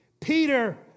Peter